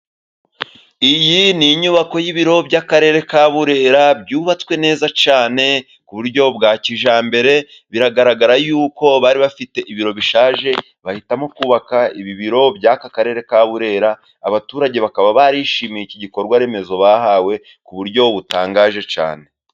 Iyi ni inyubako y’ibiro by’akarere ka Burera, byubatswe neza cyane ku buryo bwa kijyambere, biragaragara yuko bari bafite ibiro bishaje, bahitamo kubaka ibi biro by’aka karere ka Burera. Abaturage bakaba barishimiye iki gikorwa remezo bahawe ku buryo butangaje cyane.